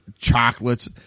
chocolates